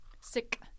Sick